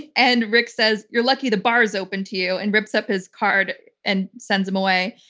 and rick says, you're lucky the bar's open to you, and rips up his card and sends him away.